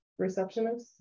receptionists